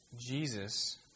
Jesus